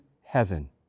heaven